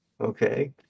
okay